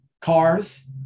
cars